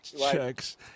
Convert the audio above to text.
Checks